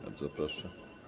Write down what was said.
Bardzo proszę.